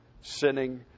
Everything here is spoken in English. sinning